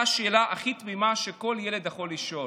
שאֵלה הכי תמימה שכל ילד יכול לשאול,